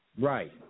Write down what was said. Right